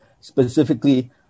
specifically